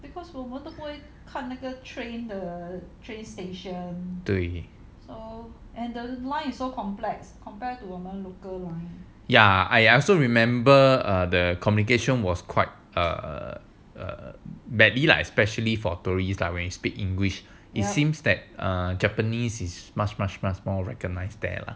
I also remember are the communication was quite err badly like especially for tourist are really speak english it seems that ah japanese is much much much more recognised there lah